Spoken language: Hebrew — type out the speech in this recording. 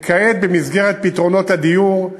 כעת, במסגרת פתרונות הדיור,